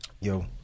Yo